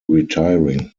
retiring